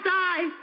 die